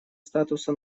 статуса